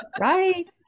right